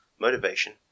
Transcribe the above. motivation